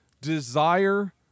desire